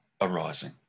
arising